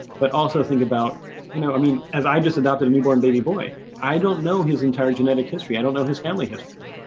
but also think about, you know, i mean, as i just adopted a newborn baby boy, i don't know his entire genetic history. i don't know his family history.